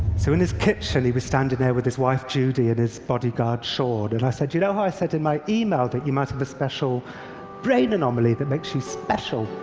so in his kitchen he was in there with his wife, judy, and his bodyguard, sean and i said, you know how i said in my email that you might have a special brain anomaly that makes you special?